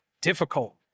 difficult